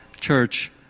Church